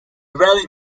rarely